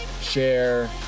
Share